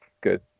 Good